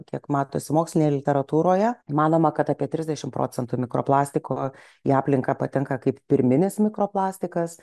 kiek matosi mokslinėje literatūroje manoma kad apie trisdešimt procentų mikroplastiko į aplinką patenka kaip pirminis mikroplastikas